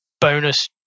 bonus